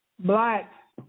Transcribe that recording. Black